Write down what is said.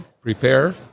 prepare